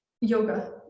yoga